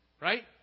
Right